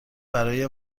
برای